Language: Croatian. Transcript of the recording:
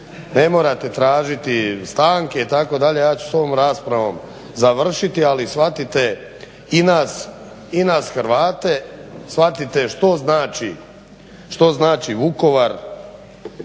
ne morate tražiti stanke itd., ja ću s ovom raspravom završiti. Ali shvatite i nas Hrvate, shvatite što znači Vukovar